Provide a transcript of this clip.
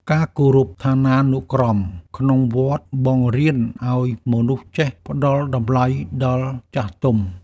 ការគោរពឋានានុក្រមក្នុងវត្ត បង្រៀនឱ្យមនុស្សចេះផ្តល់តម្លៃដល់ចាស់ទុំ។